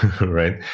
right